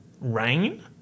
rain